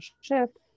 shift